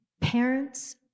parents